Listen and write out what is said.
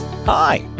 Hi